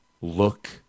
look